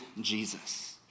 Jesus